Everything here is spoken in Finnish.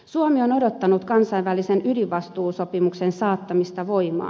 suomi on odottanut kansainvälisen ydinvastuusopimuksen saattamista voimaan